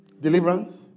Deliverance